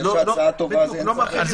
זה שההצעה טובה, אין ספק.